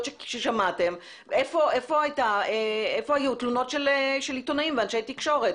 ששמעתם איפה היו תלונות של עיתונאים ואנשי תקשורת.